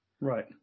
Right